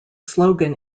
slogan